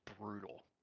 brutal